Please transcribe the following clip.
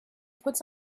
puts